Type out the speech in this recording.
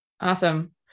Awesome